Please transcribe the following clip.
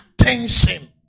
attention